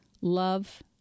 love